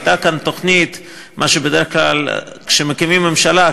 הייתה כאן תוכנית מה שבדרך כלל כשמקימים ממשלה,